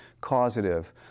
causative